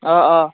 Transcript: অ অ